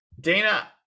dana